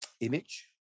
image